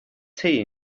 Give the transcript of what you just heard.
tea